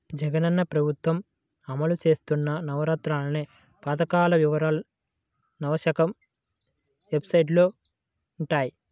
జగనన్న ప్రభుత్వం అమలు చేత్తన్న నవరత్నాలనే పథకాల వివరాలు నవశకం వెబ్సైట్లో వుంటయ్యి